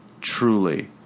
Truly